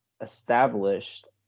established